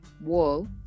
wall